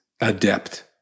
adept